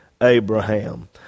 Abraham